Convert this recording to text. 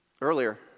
Earlier